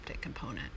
component